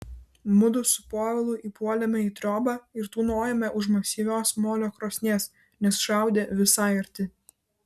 mudu su povilu įpuolėme į triobą ir tūnojome už masyvios molio krosnies nes šaudė visai arti